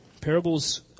Parables